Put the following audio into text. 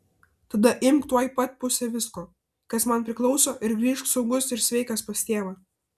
tada imk tuoj pat pusę visko kas man priklauso ir grįžk saugus ir sveikas pas tėvą